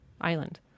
island